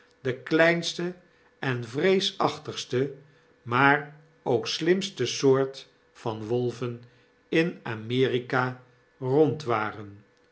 de kleinste en vreesachtigste maar ook slimste soort van wolven in a